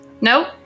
Nope